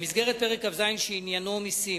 במסגרת פרק כ"ז שעניינו מסים,